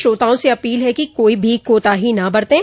श्रोताओं से अपील है कि कोई भी कोताही न बरतें